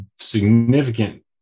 significant